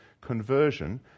conversion